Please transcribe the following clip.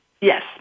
Yes